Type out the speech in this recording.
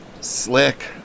slick